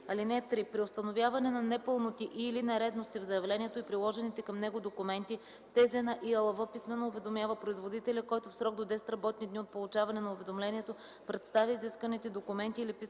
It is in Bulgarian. (3) При установяване на непълноти и/или нередности в заявлението и приложените към него документи ТЗ на ИАЛВ писмено уведомява производителя, който в срок до 10 работни дни от получаване на уведомлението представя изисканите документи или писмени